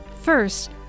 first